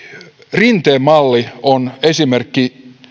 rinteen malli on esimerkki